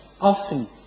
often